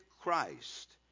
Christ